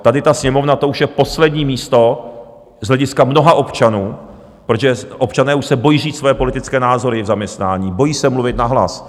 Tady ta Sněmovna, to už je poslední místo z hlediska mnoha občanů, protože občané už se bojí říct své politické názory v zaměstnání, bojí se mluvit nahlas.